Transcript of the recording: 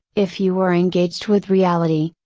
if you were engaged with reality,